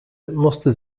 musste